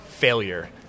Failure